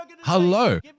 hello